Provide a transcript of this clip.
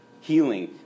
healing